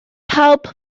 pawb